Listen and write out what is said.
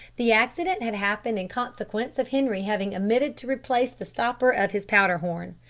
the accident had happened in consequence of henri having omitted to replace the stopper of his powder-horn,